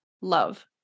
Love